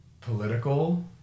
political